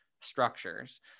structures